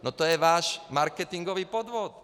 No to je váš marketingový podvod!